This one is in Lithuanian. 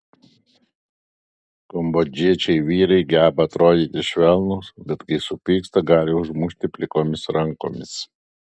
kambodžiečiai vyrai geba atrodyti švelnūs bet kai supyksta gali užmušti plikomis rankomis